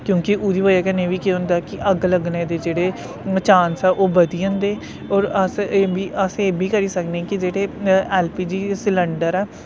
क्योंकि उदी बजह कन्नै बी केह् हुंदा कि अग्ग लग्गने दे जेहडे़ चांस ओह् बधी जंदे और अस एह् बी अस एह् बी करी सकने कि जेह्ड़़े एलपीजी सिलंडर ऐ